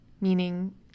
meaning